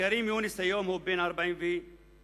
כרים יונס היום הוא בן 49 שנים.